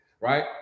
right